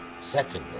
Secondly